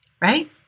right